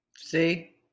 See